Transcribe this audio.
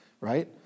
right